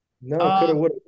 no